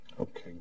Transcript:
Okay